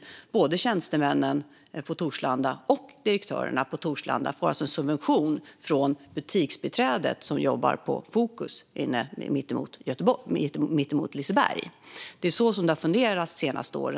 Det gäller både tjänstemännen på Torslanda och direktörerna på Torslanda. De får alltså en subvention från butiksbiträdet som jobbar på Focus mittemot Liseberg. Det är så det har fungerat de senaste åren.